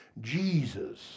Jesus